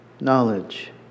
knowledge